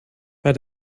bei